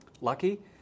lucky